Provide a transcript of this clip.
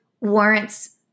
warrants